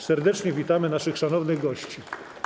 Serdecznie witamy naszych szanownych gości.